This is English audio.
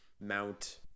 Mount